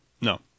No